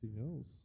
else